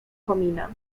komina